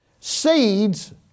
Seeds